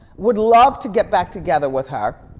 would love to get back together with her.